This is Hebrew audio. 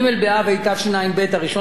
1 באוגוסט 2012,